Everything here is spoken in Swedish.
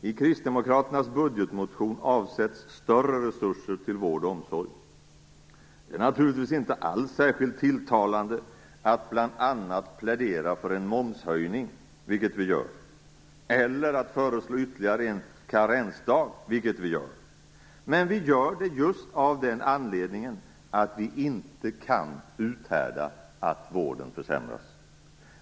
I kristdemokraternas budgetmotion avsätts större resurser till vård och omsorg. Det är naturligtvis inte alls särskilt tilltalande att bl.a. plädera för en momshöjning, vilket vi gör, eller att föreslå ytterligare en karensdag, vilket vi gör. Men vi gör det just av den anledningen att vi inte kan uthärda att vården försämras.